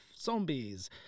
zombies